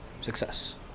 success